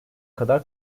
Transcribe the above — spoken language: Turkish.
kadar